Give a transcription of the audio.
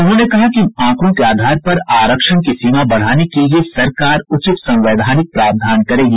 उन्होंने कहा कि इन आंकड़ों के आधार पर आरक्षण की सीमा बढ़ाने के लिए सरकार उचित संवैधानिक प्रावधान करेगी